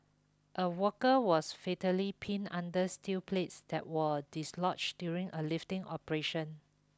a worker was fatally pinned under steel plates that were dislodged during a lifting operation